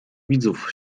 widzów